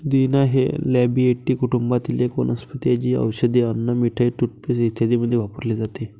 पुदिना हे लॅबिएटी कुटुंबातील एक वनस्पती आहे, जी औषधे, अन्न, मिठाई, टूथपेस्ट इत्यादींमध्ये वापरली जाते